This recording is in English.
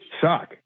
suck